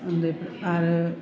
उन्दैफोर आरो